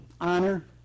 honor